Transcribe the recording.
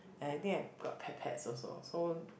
I think I got Petpet also so